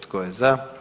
Tko je za?